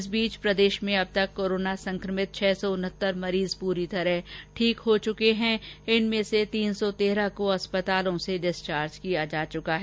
इस बीच प्रदेश में अब तक कोरोना संकमित छह सौ उनहतर मरीज पूरी तरह ठीक हो चुके हैं और इनमें से तीन सौ तेरह को अस्पतालों से डिस्चार्ज किया जा चुका है